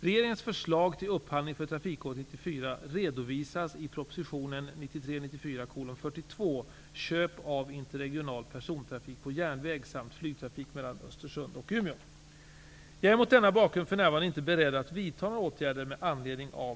Regeringens förslag till upphandling för trafikåret 1994 redovisas i proposition 1993/94:42 Köp av interregional persontrafik på järnväg samt flygtrafik mellan Jag är mot denna bakgrund för närvarande inte beredd att vidta några åtgärder med anledning av